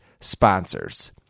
sponsors